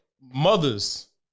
mothers